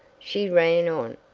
she ran on,